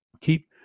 Keep